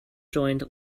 joined